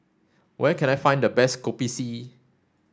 where can I find the best Kopi C